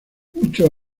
muchos